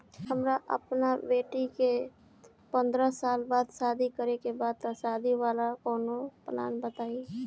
हमरा अपना बेटी के पंद्रह साल बाद शादी करे के बा त शादी वाला कऊनो प्लान बताई?